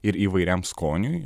ir įvairiam skoniui